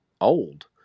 old